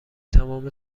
تمام